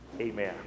Amen